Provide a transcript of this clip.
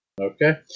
Okay